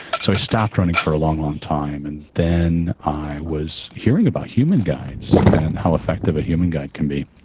so i stopped running for a long, long time. and then i was hearing about human guides and how effective a human guide can be.